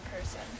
person